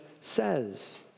says